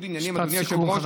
עניינים, אדוני היושב-ראש.